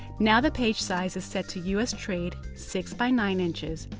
now the page size is set to u s. trade six by nine inches,